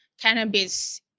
cannabis